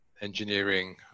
engineering